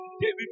David